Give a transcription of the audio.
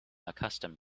accustomed